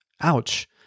ouch